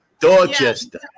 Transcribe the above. Dorchester